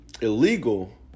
illegal